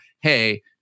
Hey